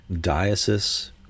diocese